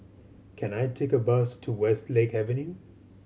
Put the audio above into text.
can I take a bus to Westlake Avenue